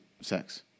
sex